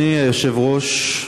אדוני היושב-ראש,